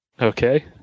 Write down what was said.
Okay